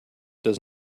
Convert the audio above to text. does